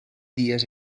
dies